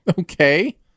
Okay